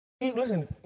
Listen